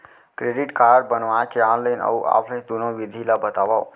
Credit card बनवाए के online अऊ ऑफलाइन दुनो विधि ला बतावव?